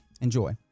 Enjoy